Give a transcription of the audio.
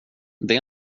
det